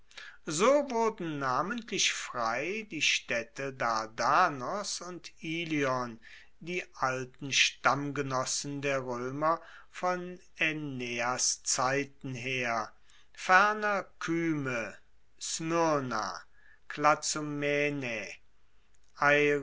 so wurden namentlich frei die staedte dardanos und ilion die alten stammgenossen der roemer von aeneas zeiten her ferner kyme